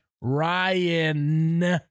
Ryan